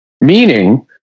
Meaning